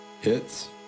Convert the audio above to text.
hits